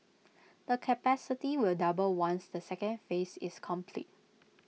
the capacity will double once the second phase is complete